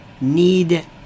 need